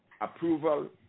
approval